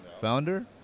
founder